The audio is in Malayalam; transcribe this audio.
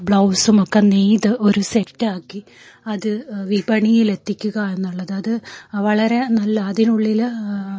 ബ്ലൗസുമൊക്കെ നെയ്ത് ഒരു സെറ്റാക്കി അത് വിപണിയിലെത്തിക്കുക എന്നുള്ളത് അത് വളരെ നല്ല അതിനുള്ളിൽ